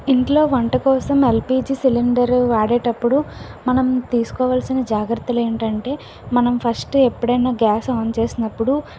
ఇంట్లో వంట కోసం ఎల్పిజీ సిలిండర్ వాడేటప్పుడు మనం తీసుకోవాల్సిన జాగ్రత్తలు ఏంటంటే మనం ఫస్ట్ ఎప్పుడైనా గ్యాస్ ఆన్ చేసినప్పుడు